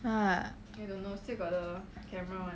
ah